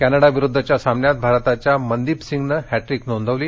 कॅनडाविरूद्दच्या सामन्यात भारताच्या मनदीपसिंगनं हॅटट्रिक नोंदवली